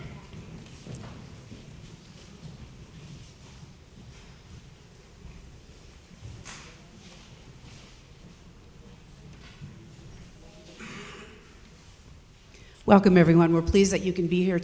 welcome everyone we're pleased that you can be here